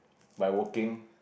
by working